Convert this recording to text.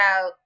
out